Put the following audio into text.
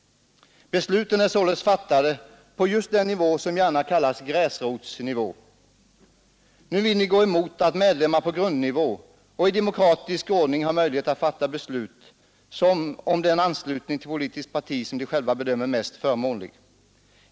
Besluten är således fattade på just den nivå som gärna kallas gräsrotsnivå. Nu vill ni gå emot att medlemmar på grundnivå och i demokratisk ordning har möjlighet att fatta beslut om den anslutning till politiskt parti som de själva bedömer som mest förmånlig.